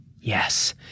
Yes